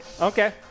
Okay